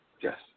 Yes